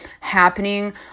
happening